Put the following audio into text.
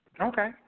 Okay